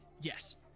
Yes